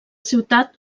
ciutat